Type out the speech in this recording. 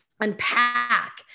unpack